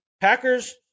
Packers